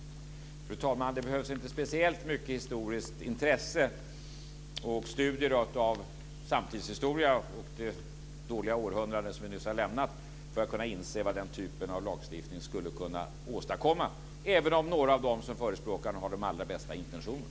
Fru talman! Det behövs inte speciellt mycket historiskt intresse för eller studier av samtidshistoria och det dåliga århundrade som vi nyss har lämnat för att inse vad den typen av lagstiftning skulle kunna åstadkomma, även om några av de som förespråkar den har de allra bästa intentioner.